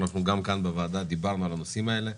אנחנו בוועדה גם דיברנו על הנושאים האלה.